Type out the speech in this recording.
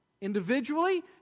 individually